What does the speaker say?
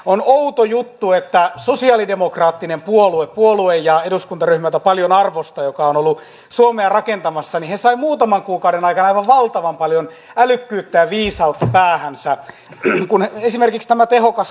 on outo juttu että sosialidemokraattisessa puolueessa ja eduskuntaryhmässä jota paljon arvostan joka on ollut suomea rakentamassa he saivat muutaman kuukauden aikana aivan valtavan paljon älykkyyttä ja viisautta päähänsä esimerkkinä tämä tehokas katuminen